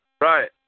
Right